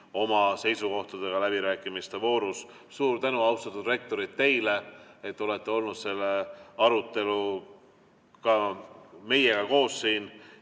oma seisukohtadega läbirääkimiste voorus. Suur tänu, austatud rektorid, teile, et olete olnud selle arutelu ajal meiega koos siin,